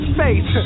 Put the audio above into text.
face